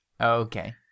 Okay